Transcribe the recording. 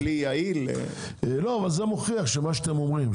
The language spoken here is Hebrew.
זה מוכיח שמה שאתם אומרים,